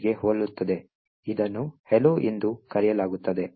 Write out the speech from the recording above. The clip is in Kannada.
out ಗೆ ಹೋಲುತ್ತದೆ ಇದನ್ನು hello ಎಂದು ಕರೆಯಲಾಗುತ್ತದೆ